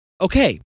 okay